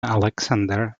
alexander